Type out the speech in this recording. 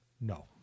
No